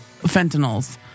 fentanyls